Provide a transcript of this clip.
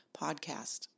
podcast